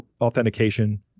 authentication